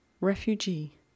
Refugee